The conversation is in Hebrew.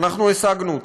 שאנחנו השגנו.